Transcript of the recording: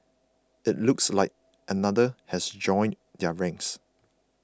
it looks like another has joined their ranks